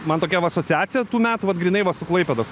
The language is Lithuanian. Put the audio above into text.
man tokia va asociacija tų metų vat grynai va su klaipėdos